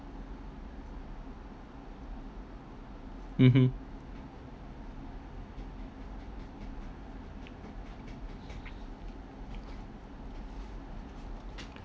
mmhmm